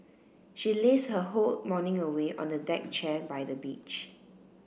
she lazed her whole morning away on a deck chair by the beach